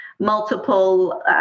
multiple